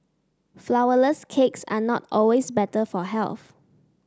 flourless cakes are not always better for health